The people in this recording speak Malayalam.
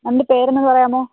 മാമിൻറ്റെ പേരൊന്നു പറയാമോ